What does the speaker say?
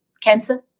cancer